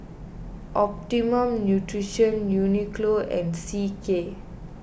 Optimum Nutrition Uniqlo and C K